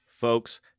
Folks